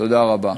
תודה רבה.